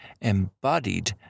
embodied